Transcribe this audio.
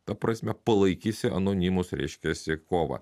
ta prasme palaikysi anonimus reiškiasi kovą